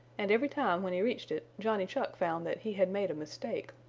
and every time when he reached it johnny chuck found that he had made a mistake.